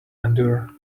endure